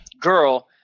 girl